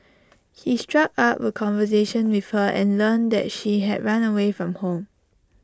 he struck up A conversation with her and learned that she had run away from home